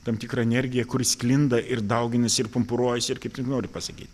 tam tikra energija kuri sklinda ir dauginasi ir pumpuruojasi ir kaip tik nori pasakyt